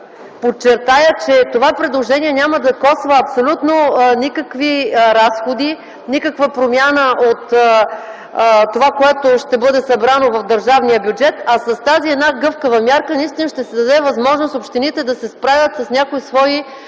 подчертая, че предложението няма да коства абсолютно никакви разходи, никаква промяна от това, което ще бъде събрано в държавния бюджет. А с тази една гъвкава мярка наистина ще се даде възможност общините да се справят с някои свои